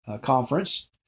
conference